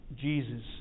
Jesus